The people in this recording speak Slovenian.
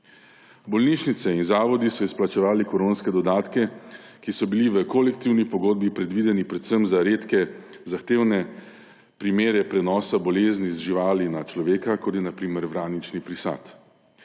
Bolnišnice in zavodi so izplačevali koronske dodatke, ki so bili v kolektivni pogodbi predvideni predvsem za redke zahtevne primere prenosa bolezni z živali na človeka, kot je na primer vranični prisad.